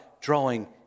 drawing